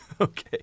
Okay